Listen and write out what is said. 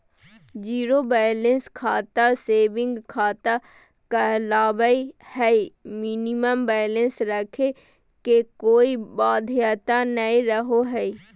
zero balance खाता saving खाता कहलावय हय मिनिमम बैलेंस रखे के कोय बाध्यता नय रहो हय